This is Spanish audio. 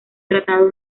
tratado